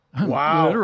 Wow